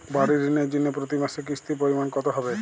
বাড়ীর ঋণের জন্য প্রতি মাসের কিস্তির পরিমাণ কত হবে?